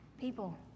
people